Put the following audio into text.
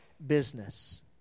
business